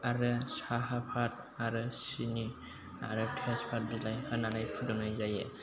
आरो साहाफात आरो सिनि आरो तेसफाद बिलाइ होनानै फुदुंनाय जायो